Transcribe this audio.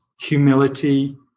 humility